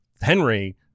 Henry